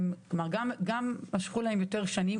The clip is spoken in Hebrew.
בסך הכול עוד 3%. כלומר גם משכו להם יותר שנים,